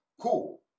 cool